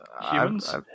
Humans